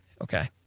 Okay